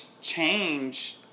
change